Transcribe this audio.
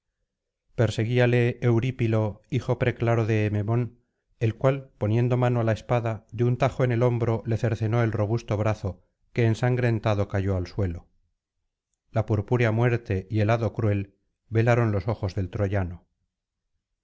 perseguíale eurípilo hijo preclaro de evemón el cual poniendo mano á la espada de un tajo en el hombro le cercenó el robusto brazo que ensangrentado cayó al suelo la purpúrea muerte y el hado cruel velaron los ojos del troyano